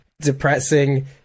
depressing